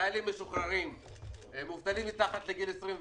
חיילים משוחררים, מובטלים מתחת לגיל 28,